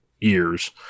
years